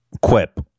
quip